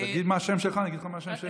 תגיד מה השם שלך, אני אגיד לך מה השם שלי.